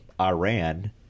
Iran